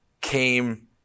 came